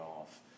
off